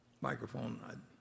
microphone